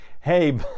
hey